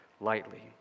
lightly